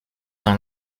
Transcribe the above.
dans